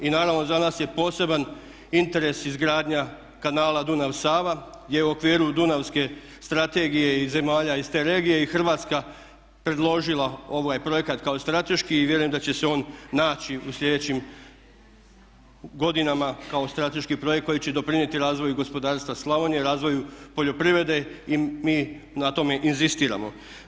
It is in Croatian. I naravno za nas je poseban interes izgradnja kanala Dunav – Sava, gdje u okviru Dunavske strategije i zemalja iz te regije i Hrvatska predložila ovaj projekat kao strateški i vjerujem da će se on naći u sljedećim godinama kao strateški projekt koji će doprinijeti razvoju gospodarstva Slavonije, razvoju poljoprivrede i mi na tome inzistiramo.